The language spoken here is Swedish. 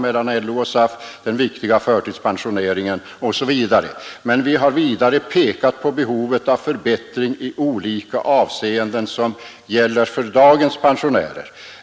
mellan LO och SAF, den viktiga förtidspensioneringen m.m. Men vi har vidare pekat på behovet av en förbättring i olika avseenden för dagens pensionärer.